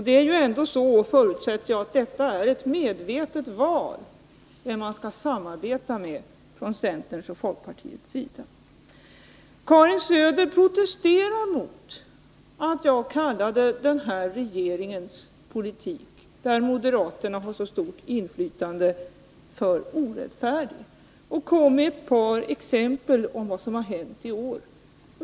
Det är ändå, förutsätter jag, ett medvetet val från centerns och folkpartiets sida vem man skall samarbeta med. Karin Söder protesterar mot att jag kallade den här regeringens politik, där moderaterna har så stort inflytande, för orättfärdig och gav ett par exempel på vad som har hänt i år.